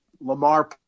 Lamar